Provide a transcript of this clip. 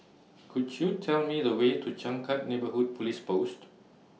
Could YOU Tell Me The Way to Changkat Neighbourhood Police Post